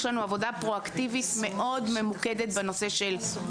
יש לנו עבודה פרואקטיבית מאוד בנושא של מוצרי טבק.